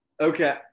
okay